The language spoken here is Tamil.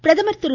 பிரதமர் திரு